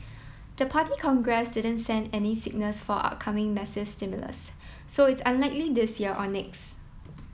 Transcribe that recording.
the Party Congress didn't send any signals for upcoming massive stimulus so it's unlikely this year or next